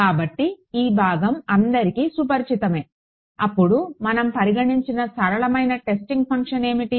కాబట్టి ఈ భాగం అందరికీ సుపరిచితమే అప్పుడు మనం పరిగణించిన సరళమైన టెస్టింగ్ ఫంక్షన్ ఏమిటి